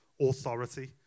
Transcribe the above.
authority